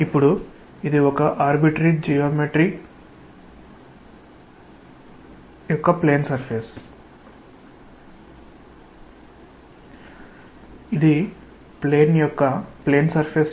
కాబట్టి ఇది ఒక ఆర్బిట్రరి జియోమెట్రీ యొక్క ప్లేన్ సర్ఫేస్